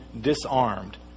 disarmed